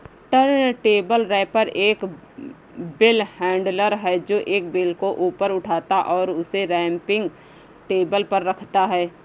turntable wrapper एक bale handler है, जो एक बेल को ऊपर उठाता है और उसे रैपिंग टेबल पर रखता है